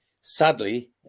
Sadly